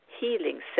healing